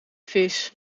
vis